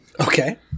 Okay